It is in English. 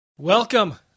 Welcome